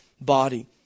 body